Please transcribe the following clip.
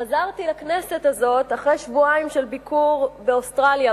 חזרתי לכנסת הזאת אחרי שבועיים של ביקור באוסטרליה,